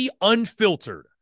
Unfiltered